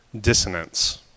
dissonance